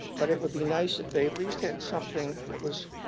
but it would be nice if they at least had something that was